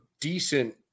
decent